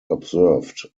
observed